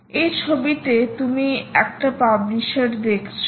এই ছবিতে তুমি একটা পাবলিশার দেখছো